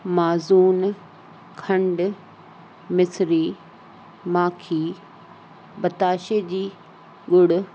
माजून खंडु मिस्री माखी पताशे जी ॻुड़ु